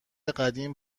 قدیم